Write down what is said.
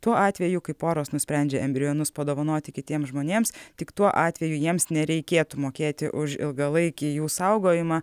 tuo atveju kai poros nusprendžia embrionus padovanoti kitiems žmonėms tik tuo atveju jiems nereikėtų mokėti už ilgalaikį jų saugojimą